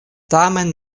tamen